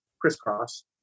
crisscross